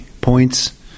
points